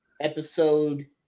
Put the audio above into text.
episode